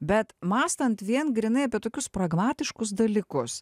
bet mąstant vien grynai apie tokius pragmatiškus dalykus